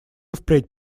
впредь